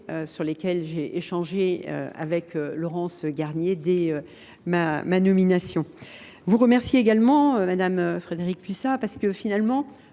sur lesquels j’ai échangé avec Laurence Garnier, dès ma nomination. Je vous remercie également, madame Frédérique Puissat, vous qui êtes